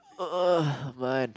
mine